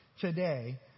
today